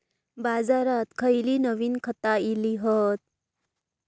बाजारात खयली नवीन खता इली हत?